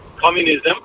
communism